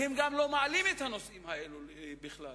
שהם גם לא מעלים את הנושאים האלה בכלל.